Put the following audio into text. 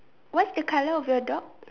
what's the colour of your dog